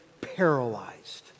paralyzed